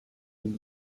who